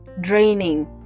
draining